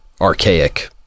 archaic